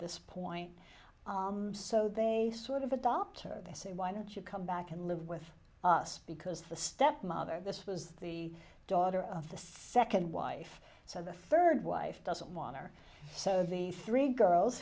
this point so they sort of adopt her they say why don't you come back and live with us because the stepmother this was the daughter of the second wife so the third wife doesn't want her so the three girls